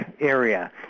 area